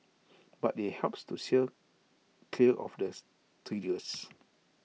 but IT helps to steer clear of the triggers